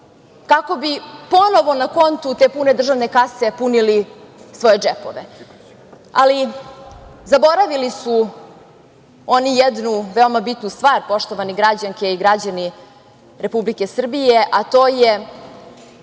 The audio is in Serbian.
kako bi ponovo na kontu te pune državne kase punili svoje džepove. Ali, zaboravili su oni jednu veoma bitnu stvar, poštovane građanke i građani Republike Srbije, a to je